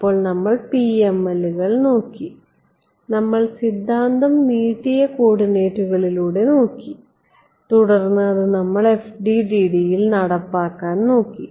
അതിനാൽ നമ്മൾ PML കൾ നോക്കി നമ്മൾ സിദ്ധാന്തം നീട്ടിയ കോർഡിനേറ്റുകളിലൂടെ നോക്കി തുടർന്ന് അത് നമ്മൾ FDTD യിൽ നടപ്പാക്കാൻ നോക്കി